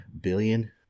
billion